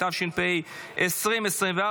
התשפ"ה 2024,